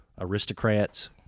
aristocrats